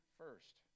first